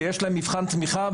ויש להם מבחן תמיכה,